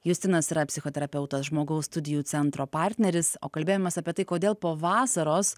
justinas yra psichoterapeutas žmogaus studijų centro partneris o kalbėjomės apie tai kodėl po vasaros